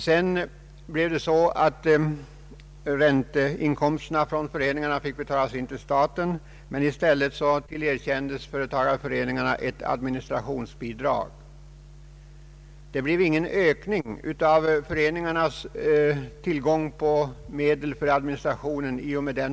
Sedan blev det på det sättet att ränteinkomsterna från föreningarna betalades in till staten, men i stället tillerkändes företagareföreningarna ett ökat administrationsbidrag. Den förändringen innebar ingen ökning av föreningarnas tillgång på medel för administration.